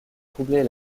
troubler